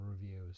reviews